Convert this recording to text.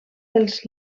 pels